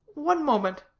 one moment,